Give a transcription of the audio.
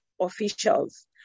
officials